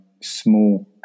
small